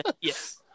yes